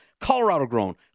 Colorado-grown